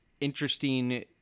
interesting